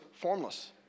formless